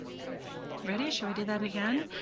ready, shall we do that again?